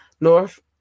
North